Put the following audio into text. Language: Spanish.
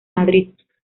madrid